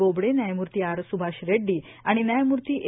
बोबडे न्यायमूर्ती आर स्भाष रेड्डी आणि न्यायमूर्ती ए